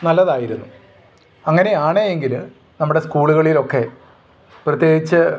നല്ലതായിരുന്നു അങ്ങനെയാണ് എങ്കിൽ നമ്മുടെ സ്കൂള്കളിലൊക്കെ പ്രത്യേകിച്ച്